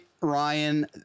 Ryan